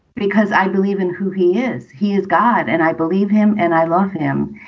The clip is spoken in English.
because i believe in who he is. he is god. and i believe him and i love him.